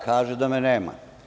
Kaže da me nema.